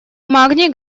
магний